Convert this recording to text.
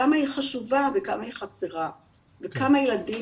כמה היא חשובה וכמה היא חסרה וכמה ילדים